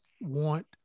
want